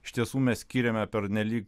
iš tiesų mes skyrėme pernelyg